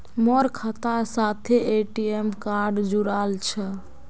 मोर खातार साथे ए.टी.एम कार्ड जुड़ाल छह